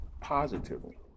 positively